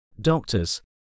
doctors